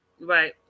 right